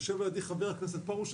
יושב לידי ח"כ פורוש.